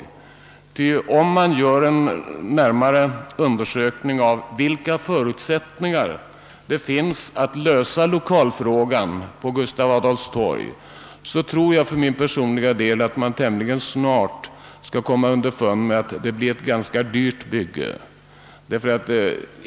Om man närmare undersöker vilka förutsättningar det finns att lösa lokalfrågan på Gustav Adolfs torg, tror jag för min personliga del att man tämligen snart skall komma underfund med att det blir ett ganska dyrt bygge.